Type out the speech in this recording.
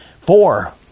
four